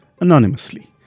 anonymously